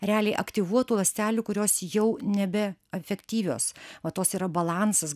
realiai aktyvuotų ląstelių kurios jau nebe efektyvios o tos yra balansas